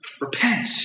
Repent